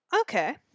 Okay